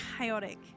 chaotic